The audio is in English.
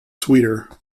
sweeter